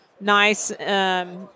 nice